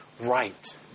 right